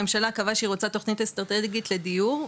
הממשלה קבעה שהיא רוצה תוכנית אסטרטגית לדיור,